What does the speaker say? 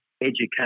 education